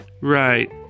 Right